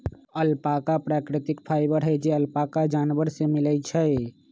alpaca प्राकृतिक fibre हई जे अल्पाका जानवर से मिलय छइ